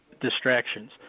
distractions